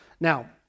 Now